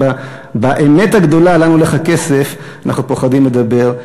באמת הגדולה, לאן הולך הכסף, אנחנו פוחדים לדבר.